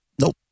Nope